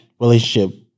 relationship